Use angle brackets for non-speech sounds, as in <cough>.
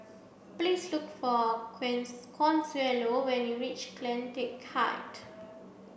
please look for <unintelligible> Consuelo when you reach CleanTech Height